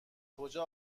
کجا